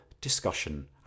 discussion